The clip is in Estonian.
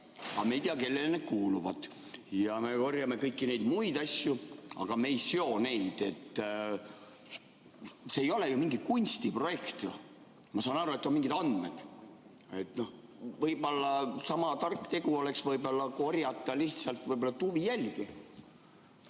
aga me ei tea, kellele need kuuluvad, ja me korjame kõiki neid muid asju, aga me ei seo neid. See ei ole ju mingi kunstiprojekt. Ma saan aru, et on mingid andmed, aga võib-olla oleks sama tark tegu korjata lihtsalt tuvijälgi.